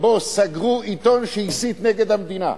שבו סגרו עיתון שהסית נגד המדינה.